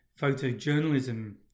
photojournalism